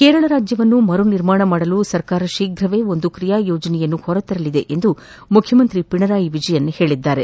ಕೇರಳ ರಾಜ್ಯವನ್ನು ಮರುನಿರ್ಮಾಣ ಮಾಡಲು ಸರ್ಕಾರ ಶೀಘವೇ ಒಂದು ಕ್ರಿಯಾ ಯೋಜನೆಯನ್ನು ಹೊರ ತರಲಿದೆ ಎಂದು ಮುಖ್ಯಮಂತ್ರಿ ಪಿಣರಾಯಿ ವಿಜಯನ್ ಹೇಳಿದ್ಲಾರೆ